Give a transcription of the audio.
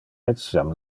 etiam